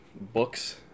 books –